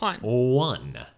one